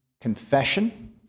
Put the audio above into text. confession